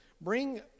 bring